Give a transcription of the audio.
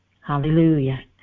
Hallelujah